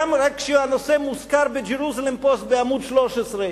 גם כאשר הנושא מוזכר רק ב"ג'רוזלם פוסט" בעמוד 13. כבוד השר,